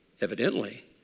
Evidently